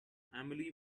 emily